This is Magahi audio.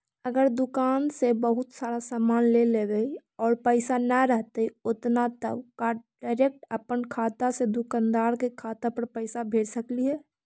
अगर दुकान से बहुत सारा सामान ले लेबै और पैसा न रहतै उतना तब का डैरेकट अपन खाता से दुकानदार के खाता पर पैसा भेज सकली हे?